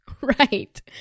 right